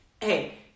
Hey